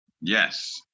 Yes